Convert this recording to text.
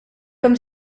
comme